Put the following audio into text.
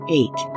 eight